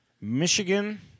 Michigan